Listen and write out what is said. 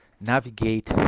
navigate